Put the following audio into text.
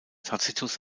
tacitus